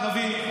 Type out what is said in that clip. ערבוב.